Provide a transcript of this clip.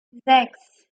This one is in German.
sechs